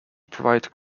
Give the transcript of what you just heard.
provide